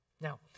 Now